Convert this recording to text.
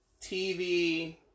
TV